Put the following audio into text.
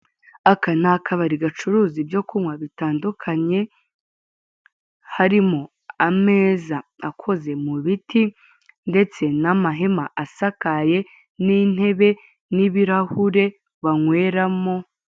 Aka ni akabari gacuruza ibyo kunywa bitandukanye, harimo ameza akoze mu biti, ndetse n'amahema asakaye, n'intebe, n'ibirahure banyweramo.